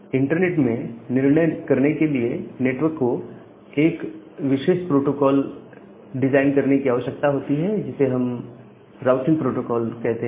internet में निर्णय करने के लिए नेटवर्क लेयर को एक विशेष प्रोटोकॉल डिजाइन करने की आवश्यकता होती है जिसे हम हर राउटिंग प्रोटोकॉल कहते हैं